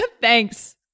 thanks